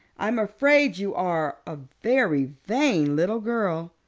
i'm afraid you are a very vain little girl.